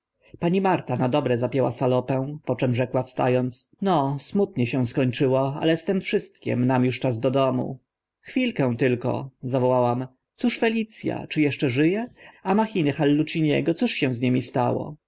pani marta na dobre zapięła salopę po czym rzekła wsta ąc no smutnie się skończyło ale z tym wszystkim nam uż czas do domu chwilkę tylko zawołałam cóż felic a czy eszcze ży e a machiny halluciniego cóż się z nimi stało